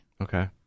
Okay